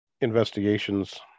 investigations